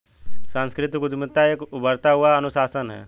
सांस्कृतिक उद्यमिता एक उभरता हुआ अनुशासन है